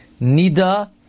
Nida